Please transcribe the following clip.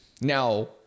Now